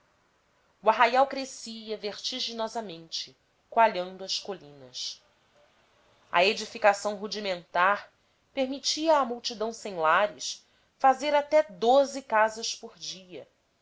o arraial crescia vertiginosamente coalhando as colinas a edificação rudimentar permitia à multidão sem lares fazer até doze casas por dia